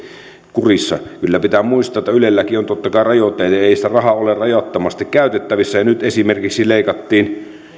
kurissa kyllä pitää muistaa että ylelläkin on totta kai rajoitteita ja ei sitä rahaa ole rajattomasti käytettävissä nyt esimerkiksi leikattiin